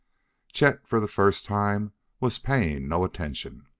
chet, for the first time was paying no attention.